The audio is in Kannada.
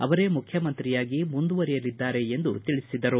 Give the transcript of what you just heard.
ಅವರೇ ಮುಖ್ಯಮಂತ್ರಿಯಾಗಿ ಮುಂದುವರಿಯಲಿದ್ದಾರೆ ಎಂದು ತಿಳಿಸಿದರು